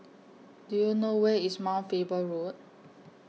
Do YOU know Where IS Mount Faber Road